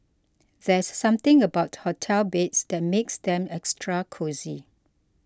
there's something about hotel beds that makes them extra cosy